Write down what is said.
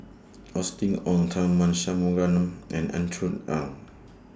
Austen Ong Tharman Shanmugaratnam and Andrew Ang